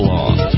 Long